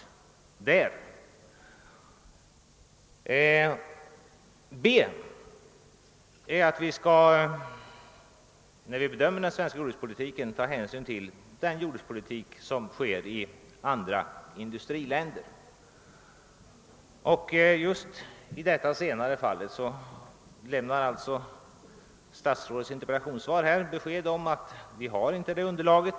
b. Vi skall, när vi bedömer den svenska jordbrukspolitiken, ta hänsyn till den jordbrukspolitik som bedrivs i andra industriländer. Just i detta senare fall lämnar alltså statsrådets interpellationssvar besked om att vi inte har det underlaget.